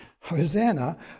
Hosanna